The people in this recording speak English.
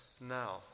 now